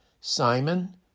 Simon